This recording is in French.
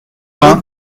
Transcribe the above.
vingt